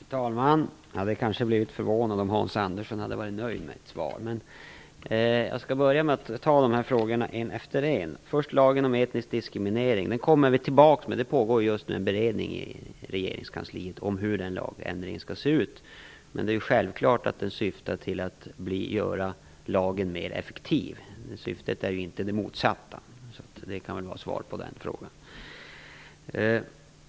Fru talman! Jag hade blivit förvånad om Hans Andersson hade varit nöjd med svaret. Jag skall besvara frågorna en efter en. Först tar jag upp lagen om etnisk diskriminering. Vi kommer tillbaka med ett förslag. Det pågår just nu en beredning i regeringskansliet om hur den lagändringen skall se ut. Det är självklart att den syftar till att göra lagen mer effektiv. Syftet är inte det motsatta. Det kan väl vara svar på den frågan.